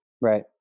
right